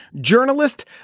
journalist